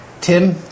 Tim